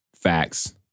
Facts